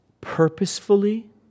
purposefully